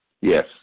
Yes